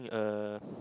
a